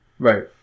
Right